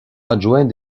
adjoint